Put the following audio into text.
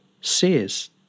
Says